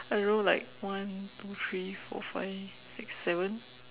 I don't know like one two three four five six seven